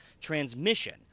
transmission